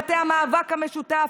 מטה המאבק המשותף,